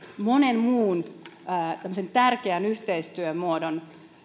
monen muun tärkeän yhteistyömuodon